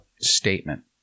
statement